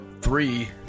Three